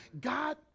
God